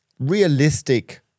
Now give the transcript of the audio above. realistic